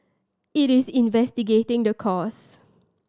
it is investigating the cause